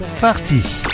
parti